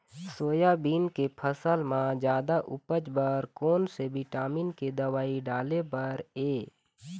Soybean के फसल म जादा उपज बर कोन से विटामिन के दवई डाले बर ये?